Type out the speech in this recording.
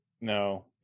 no